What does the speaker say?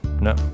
No